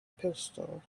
pistol